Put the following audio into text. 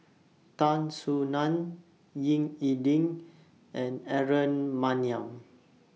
Tan Soo NAN Ying E Ding and Aaron Maniam